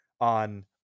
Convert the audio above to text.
on